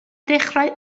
dechrau